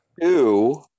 two